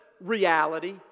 reality